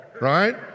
right